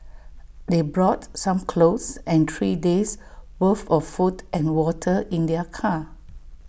they brought some clothes and three days' worth of food and water in their car